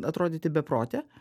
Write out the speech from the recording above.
atrodyti beprote